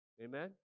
Amen